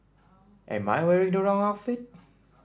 am I wearing the wrong outfit